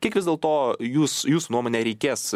kiek vis dėlto jūs jūsų nuomone reikės